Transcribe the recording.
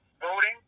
voting